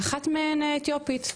ואחת מהן אתיופית.